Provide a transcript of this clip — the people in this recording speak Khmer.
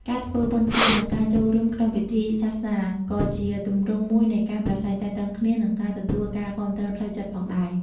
ការធ្វើបុណ្យទាន និងការចូលរួមក្នុងពិធីសាសនា ក៏ជាទម្រង់មួយនៃការប្រាស្រ័យទាក់ទងគ្នា និងការទទួលការគាំទ្រផ្លូវចិត្តផងដែរ។